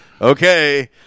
okay